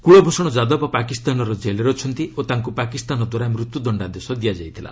କ୍ୱଳଭ୍ଷଣ ଯାଦବ ପାକିସ୍ତାନର ଜେଲ୍ରେ ଅଛନ୍ତି ଓ ତାଙ୍କୁ ପାକିସ୍ତାନଦ୍ୱାରା ମୃତ୍ୟୁ ଦଶ୍ଚାଦେଶ ଦିଆଯାଇଥିଲା